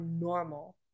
normal